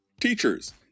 teachers